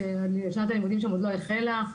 כששנת הלימודים שם עוד לא החלה.